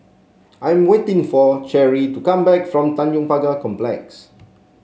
I'm waiting for Cheri to come back from Tanjong Pagar Complex